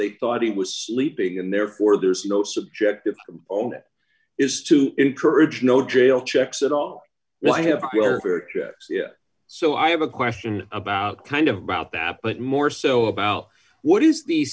they thought he was sleeping and therefore d there is no subjective own that is to encourage no jail checks at all well i have so i have a question about kind of about that but more so about what is the